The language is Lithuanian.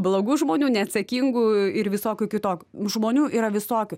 blogų žmonių neatsakingų ir visokių kitokių žmonių yra visokių